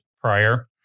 prior